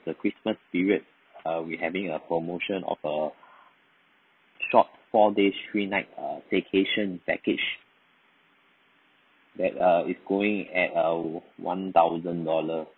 the christmas period uh we having a promotion of a short four days three nights uh staycation package that uh it's going at a one thousand dollar